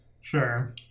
Sure